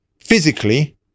physically